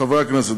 חברי הכנסת,